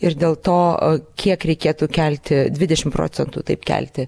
ir dėl to kiek reikėtų kelti dvidešimt procentų taip kelti